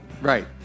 Right